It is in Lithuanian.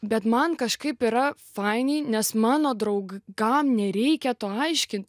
bet man kažkaip yra fainai nes mano draugam nereikia to aiškinti